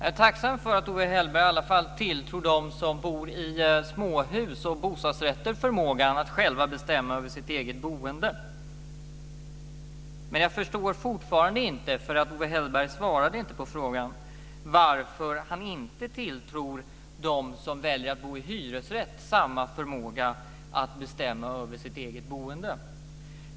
Fru talman! Jag är tacksam för att Owe Hellberg i alla fall tilltror dem som bor i småhus och bostadsrätter förmågan att själva bestämma över sitt eget boende. Men jag förstår fortfarande inte, för Owe Hellberg svarade inte på frågan, varför han inte tilltror dem som väljer att bo i hyresrätt samma förmåga att bestämma över sitt eget boende.